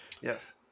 Yes